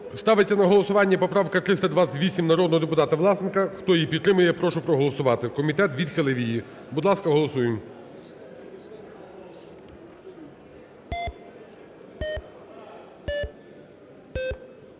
Ставиться на голосування поправка 328 народного депутата Власенка. Хто її підтримує, прошу проголосувати. Комітет відхилив її. Будь ласка, голосуємо.